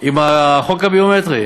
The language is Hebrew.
עם החוק הביומטרי?